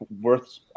worth